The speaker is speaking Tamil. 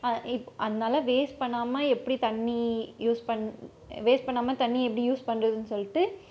அதனால வேஸ்ட் பண்ணாமல் எப்படி தண்ணி யூஸ் வேஸ்ட் பண்ணாமல் தண்ணி எப்படி யூஸ் பண்றதுன்னு சொல்லிட்டு